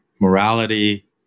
morality